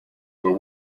were